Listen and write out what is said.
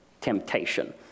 temptation